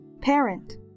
parent